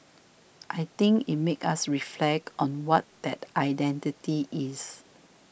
I think it make us reflect on what that identity is